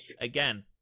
again